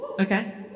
Okay